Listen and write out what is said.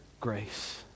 grace